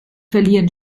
verlieren